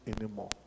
anymore